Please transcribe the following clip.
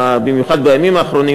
במיוחד בימים האחרונים,